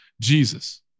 Jesus